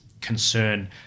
concern